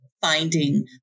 finding